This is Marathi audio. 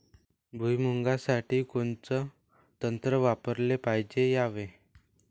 भुइमुगा साठी कोनचं तंत्र वापराले पायजे यावे?